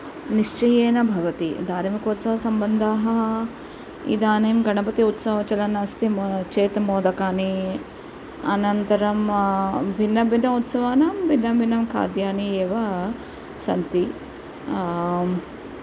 निश्चयेन भवति धार्मिकोत्सवसम्बन्धाः इदानीं गणपति उत्सवः चलन् अस्ति चेत् मोदकानि अनन्तरं भिन्नभिन्न उत्सवानां भिन्नभिन्न खाद्यानि एव सन्ति